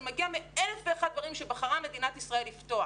זה מגיע מאלף ואחד דברים שבחרה מדינת ישראל לפתוח.